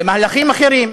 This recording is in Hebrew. למהלכים אחרים,